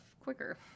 quicker